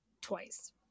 twice